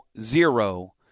zero